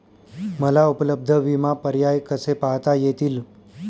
मला उपलब्ध विमा पर्याय कसे पाहता येतील?